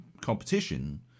competition